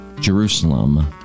Jerusalem